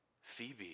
Phoebe